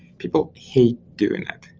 people hate doing that,